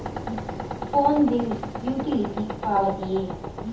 Phone bill utility ಪಾವತಿಯೇ?